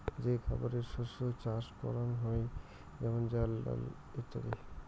যে খাবারের শস্য চাষ করাঙ হই যেমন চাল, ডাল ইত্যাদি